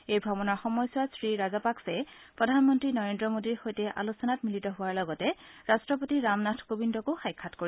এই ভ্ৰমণৰ সময়ছোৱাত শ্ৰীৰাজাপাগচে প্ৰধানমন্ত্ৰী নৰেন্দ্ৰ মোদীৰ সৈতে আলোচনাত মিলিত হোৱাৰ লগতে ৰাষ্ট্ৰপতি ৰামনাথ কোবিন্দকো সাক্ষাৎ কৰিব